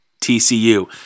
TCU